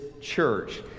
church